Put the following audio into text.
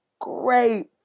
great